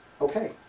Okay